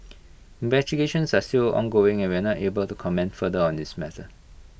investigations are still ongoing and we are not able to comment further on this matter